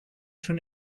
schon